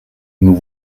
nous